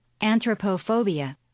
Anthropophobia